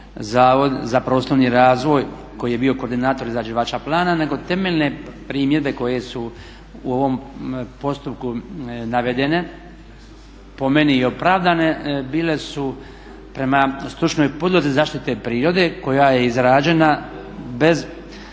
za prostorni razvoj koji je bio koordinator izrađivača plana nego temeljne primjedbe koje su u ovom postupku navedene po meni i opravdane, bile su prema stručnoj podlozi zaštite prirode koja je izrađena bez